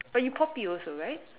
but you poppy also right